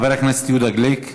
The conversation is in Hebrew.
חבר הכנסת יהודה גליק.